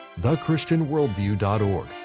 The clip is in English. thechristianworldview.org